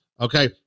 okay